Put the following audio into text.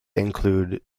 include